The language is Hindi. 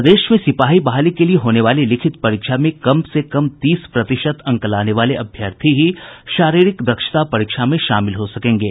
प्रदेश में सिपाही बहाली के लिये होने वाली लिखित परीक्षा में कम से कम तीस प्रतिशत अंक लाने वाले अभ्यर्थी ही शारीरिक दक्षता परीक्षा में शामिल हो सकेंगे